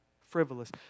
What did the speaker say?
frivolous